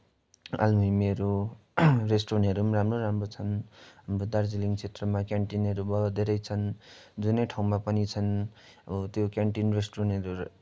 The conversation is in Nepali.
आलुमिमीहरू रेस्ट्रुरेन्टहरू पनि राम्रो राम्रो छन् हाम्रो दार्जिलिङ क्षेत्रमा क्यान्टिनहरू भयो धेरै छन् जुनै ठाउँमा पनि छन् त्यो क्यान्टिन रेस्ट्रुरेन्टहरू